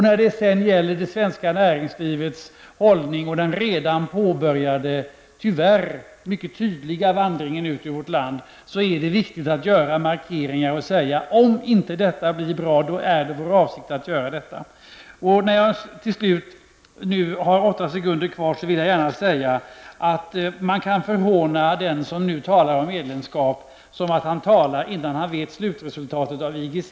När det sedan gäller det svenska näringslivets hållning och den redan påbörjade och, tyvärr, mycket tydliga vandringen ut ur vårt land är det viktigt att göra markeringar och säga: Om det här inte blir bra, är det vår avsikt att göra så eller så. Till slut: Man kan förhåna den som nu talar om medlemskap och säga att han talar innan han fått vetskap om slutresultatet beträffande IGC.